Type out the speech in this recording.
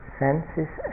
senses